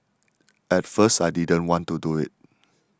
at first I didn't want to do it